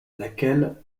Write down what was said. laquelle